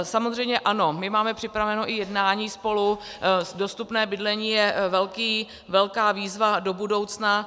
Samozřejmě ano, my máme připraveno i jednání spolu, dostupné bydlení je velká výzva do budoucna.